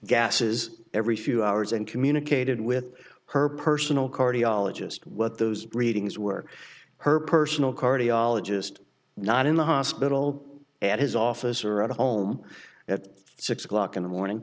gases every few hours and communicated with her personal cardiologist what those readings were her personal cardiologist not in the hospital at his office or at home at six o'clock in the morning